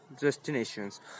destinations